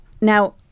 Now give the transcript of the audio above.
now